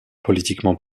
politiquement